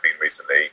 recently